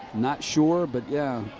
not sure. but, yeah,